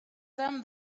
them